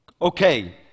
Okay